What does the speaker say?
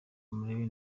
murebe